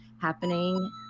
happening